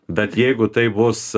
bet jeigu tai bus